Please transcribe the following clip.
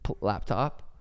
laptop